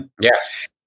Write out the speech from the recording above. Yes